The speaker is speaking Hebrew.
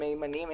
הם מהימנים,